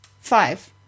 Five